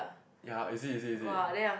ya is it is it is it